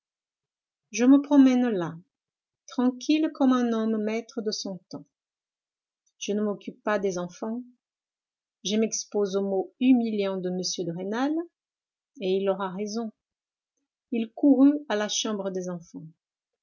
je me promène là tranquille comme un homme maître de son temps je ne m'occupe pas des enfants je m'expose aux mots humiliants de m de rênal et il aura raison il courut à la chambre des enfants